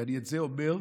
ואני את זה אומר,